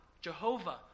Jehovah